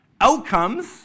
Outcomes